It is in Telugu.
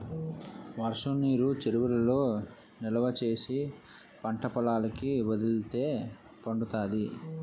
వర్షంనీరు చెరువులలో నిలవా చేసి పంటపొలాలకి వదిలితే పండుతాది